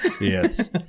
Yes